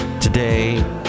Today